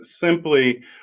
simply